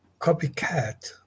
copycat